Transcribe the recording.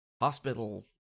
Hospital